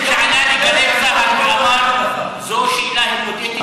אני מכיר חבר כנסת שענה לגלי צה"ל ואמר: זו שאלה היפותטית,